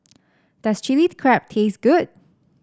does Chilli Crab taste good